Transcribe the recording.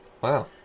Wow